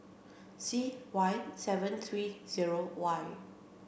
C Y seven three zero Y